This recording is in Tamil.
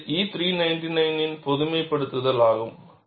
இது E 399 இன் பொதுமைப்படுத்தல் ஆகும்